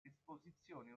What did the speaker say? esposizione